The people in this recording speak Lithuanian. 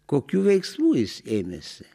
kokių veiksmų jis ėmėsi